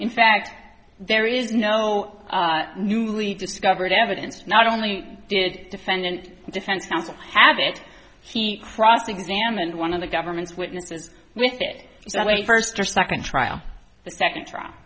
in fact there is no newly discovered evidence not only did defendant defense counsel have it he cross examined one of the government's witnesses with it so late first or second trial the second trial